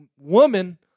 woman